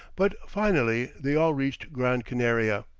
but finally they all reached gran canaria.